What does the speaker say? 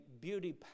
beauty